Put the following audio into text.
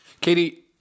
katie